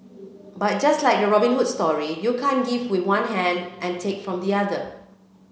but just like the Robin Hood story you can't give with one hand and take from the other